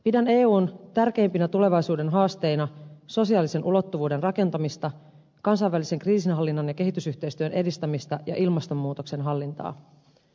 pidän eun tärkeimpinä tulevaisuuden haasteina sosiaalisen ulottuvuuden rakentamista kansainvälisen kriisinhallinnan ja kehitysyhteistyön edistämistä ja ilmastonmuutoksen hallintaa